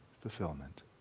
fulfillment